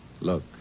Look